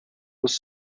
was